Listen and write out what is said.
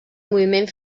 moviment